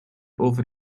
over